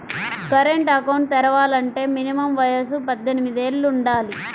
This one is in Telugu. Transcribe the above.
కరెంట్ అకౌంట్ తెరవాలంటే మినిమం వయసు పద్దెనిమిది యేళ్ళు వుండాలి